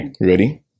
ready